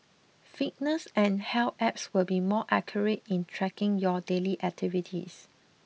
fitness and health apps will be more accurate in tracking your daily activities